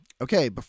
Okay